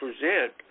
present